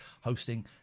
hosting